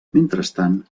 mentrestant